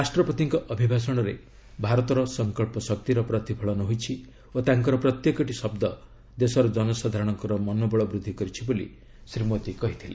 ରାଷ୍ଟପତିଙ୍କ ଅଭିଭାଷଣରେ ଭାରତର 'ସଂକଳ୍ପ ଶକ୍ତି'ର ପ୍ରତିଫଳନ ହୋଇଛି ଓ ତାଙ୍କର ପ୍ରତ୍ୟେକଟି ଶବ୍ଦ ଦେଶର ଜନସାଧାରଣଙ୍କ ମନୋବଳ ବୃଦ୍ଧି କରିଛି ବୋଲି ଶ୍ରୀ ମୋଦୀ କହିଥିଲେ